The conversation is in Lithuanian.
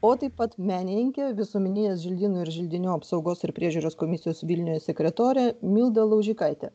o taip pat menininkę visuomeninės želdynų ir želdinių apsaugos ir priežiūros komisijos vilniuje sekretorę mildą laužikaitę